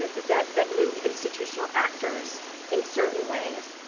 that that move institutional actors in certain ways.